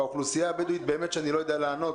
באוכלוסייה הבדואית, באמת שאני לא יודע לענות